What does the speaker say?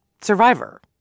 Survivor